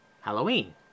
Halloween